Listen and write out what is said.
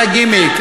זה הגימיק.